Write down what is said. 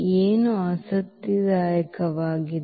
ಏನು ಆಸಕ್ತಿದಾಯಕವಾಗಿದೆ